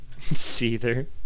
seether